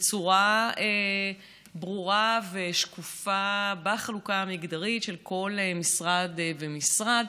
בצורה ברורה ושקופה בחלוקה המגדרית של כל משרד ומשרד.